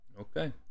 Okay